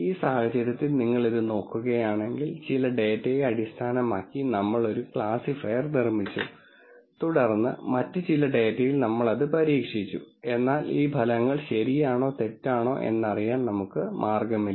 ഈ സാഹചര്യത്തിൽ നിങ്ങൾ ഇത് നോക്കുകയാണെങ്കിൽ ചില ഡാറ്റയെ അടിസ്ഥാനമാക്കി നമ്മൾ ഒരു ക്ലാസിഫയർ നിർമ്മിച്ചു തുടർന്ന് മറ്റ് ചില ഡാറ്റയിൽ നമ്മൾ അത് പരീക്ഷിച്ചു എന്നാൽ ഈ ഫലങ്ങൾ ശരിയാണോ തെറ്റാണോ എന്ന് അറിയാൻ നമുക്ക് മാർഗമില്ല